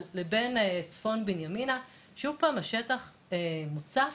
לבין צפון בימינה ופה שוב פעם בשטח מוצף.